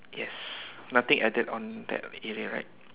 yes nothing added on that area right